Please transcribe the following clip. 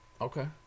Okay